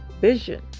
vision